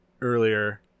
earlier